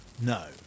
No